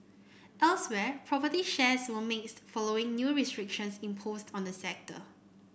elsewhere property shares were mixed following new restrictions imposed on the sector